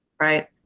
right